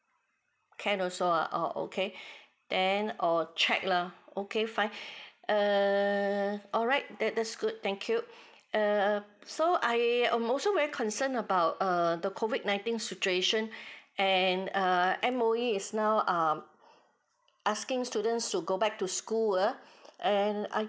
can also ah oh okay bank or check lah okay fine err alright that that's good thank you uh so I I'm also very concern about uh the COVID nineteen situation and ah M_O_E is now um asking students to go back to school err and I